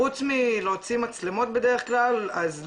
חוץ מלהוציא מצלמות בדרך כלל אז לא.